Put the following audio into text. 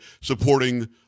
supporting